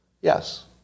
Yes